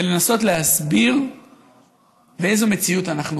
לנסות ולהסביר באיזו מציאות אנחנו חיים.